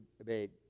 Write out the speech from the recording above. obeyed